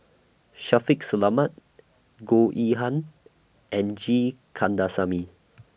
Shaffiq Selamat Goh Yihan and G Kandasamy